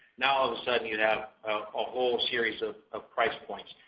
now all of a sudden you have a whole series of of price points.